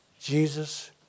Jesus